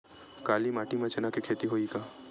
काली माटी म चना के खेती होही का?